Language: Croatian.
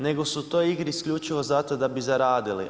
Nego, su u toj igri isključivo zato da bi zaradili.